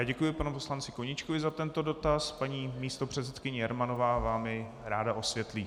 Děkuji panu poslanci Koníčkovi za tento dotaz, paní místopředsedkyně Jermanová vám jej ráda osvětlí.